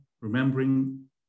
remembering